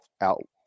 out